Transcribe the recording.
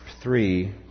three